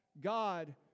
God